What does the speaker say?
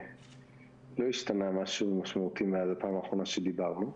לא השתנה משהו משמעותי מאז הפעם האחרונה שדיברנו.